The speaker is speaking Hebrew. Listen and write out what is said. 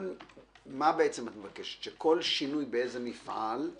מה את מבקשת שכל שינוי באיזה מפעל- -- לא.